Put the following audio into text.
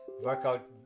workout